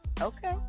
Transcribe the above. okay